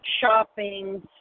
shopping